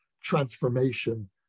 transformation